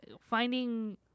finding